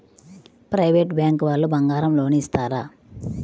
Private bank వాళ్ళు బంగారం loan ఇస్తారా?